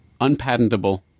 unpatentable